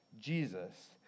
Jesus